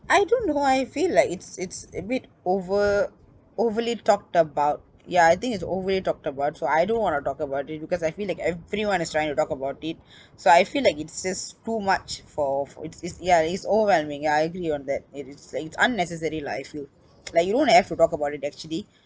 I don't know I feel like it's it's a bit over overly talked about ya I think it's overly talked about so I don't want to talk about it because I feel like everyone is trying to talk about it so I feel like it's just too much for for it's it's ya it's overwhelming ya I agree on that it is like it's unnecessary lah I feel like you don't have to talk about it actually